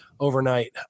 overnight